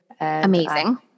Amazing